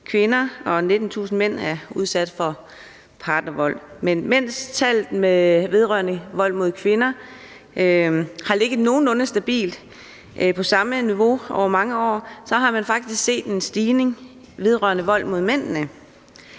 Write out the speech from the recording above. kvinder og 19.000 mænd er udsat for partnervold, men mens tallet vedrørende vold mod kvinder har ligget nogenlunde stabilt på samme niveau over mange år, har man faktisk set en stigning vedrørende vold mod mændene.